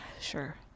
Sure